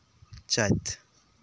ᱪᱟᱹᱛ